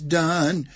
done